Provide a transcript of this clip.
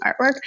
artwork